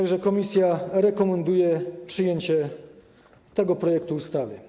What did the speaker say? Komisja rekomenduje przyjęcie tego projektu ustawy.